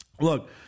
look